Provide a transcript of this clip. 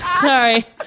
Sorry